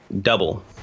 double